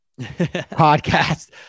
podcast